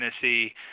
Tennessee